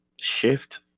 shift